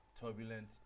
turbulent